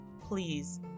please